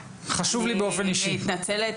או בשירות הלאומי זה יהיה במסגרת צבאית,